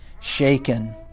shaken